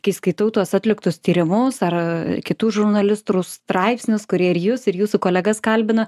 kai skaitau tuos atliktus tyrimus ar kitų žurnalistų straipsnius kurie ir jus ir jūsų kolegas kalbina